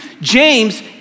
James